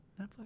Netflix